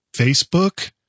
Facebook